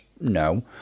No